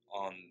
on